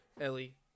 Ellie